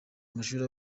amashuri